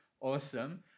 awesome